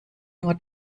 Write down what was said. nur